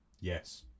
Yes